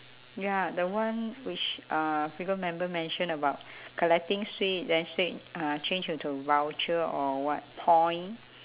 ya the one which uh people member mention about collecting sweet then said uh change into voucher or what point